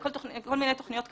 כל מיני תוכניות קיימות,